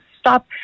stop